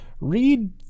Read